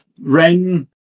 ren